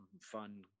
fun